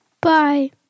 Bye